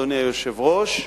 אדוני היושב-ראש,